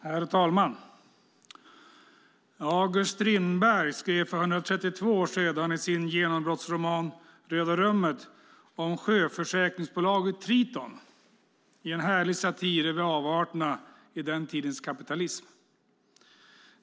Herr talman! August Strindberg skrev för 132 år sedan i sin genombrottsroman Röda rummet om sjöförsäkringsbolaget Triton i en härlig satir över avarterna i den tidens kapitalism.